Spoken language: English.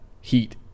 heat